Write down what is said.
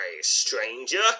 stranger